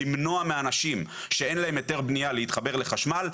למנוע מאנשים שאין להם היתר בנייה להתחבר לחשמל,